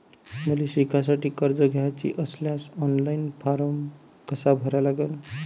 मले शिकासाठी कर्ज घ्याचे असल्यास ऑनलाईन फारम कसा भरा लागन?